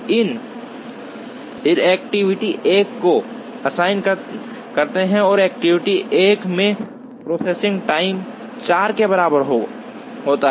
हम एक्टिविटी 1 को असाइन करते हैं और एक्टिविटी 1 में प्रोसेसिंग टाइम 4 के बराबर होता है